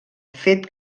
fet